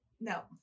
No